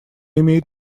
имеет